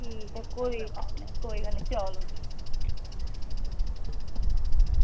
ठीक ऐ कोई गल्ल नेईं कोई गल्ल नेईं चलो ठीक ऐ